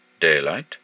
Daylight